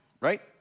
right